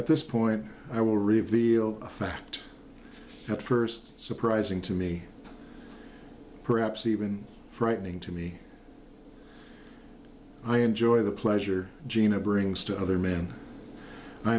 at this point i will reveal a fact at first surprising to me perhaps even frightening to me i enjoy the pleasure gina brings to other men i